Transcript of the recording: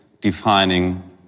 defining